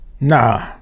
Nah